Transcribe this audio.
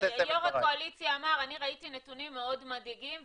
יושב ראש הקואליציה אמר: אני ראיתי נתונים מאוד מדאיגים.